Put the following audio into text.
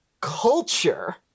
culture